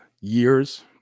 years